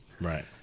Right